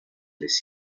les